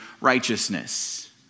righteousness